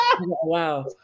Wow